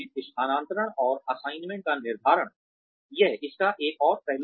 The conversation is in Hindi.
स्थानान्तरण और असाइनमेंट का निर्धारण यह इसका एक और पहलू होगा